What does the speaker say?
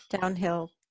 Downhill